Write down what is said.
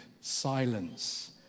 silence